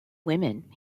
women